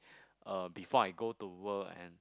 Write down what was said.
uh before I go to work and